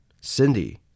Cindy